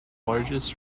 largest